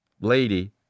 lady